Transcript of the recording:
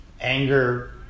anger